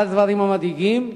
אחד הדברים המדאיגים הוא,